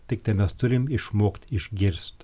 tiktai mes turim išmokt išgirst